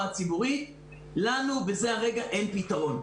הציבורית לנו בזה הרגע אין פתרון.